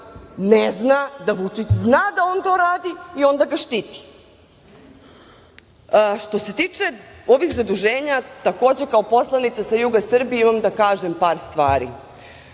ne zna da Vučić zna da on to radi i onda ga štiti. Što se tiče ovih zaduženja, takođe kao poslanica sa juga Srbije imam da kažem par stvari.